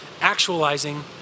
actualizing